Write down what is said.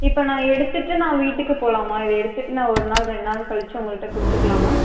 இப்போ நான் எடுத்துகிட்டு நான் வீட்டுக்கு போகலாமா இது எடுத்துகிட்டு நான் ஒரு நாள் ரெண் நாள் கழிச்சு உங்கள்கிட்ட கொடுத்துக்கலாமா